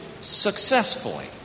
successfully